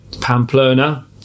Pamplona